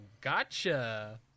gotcha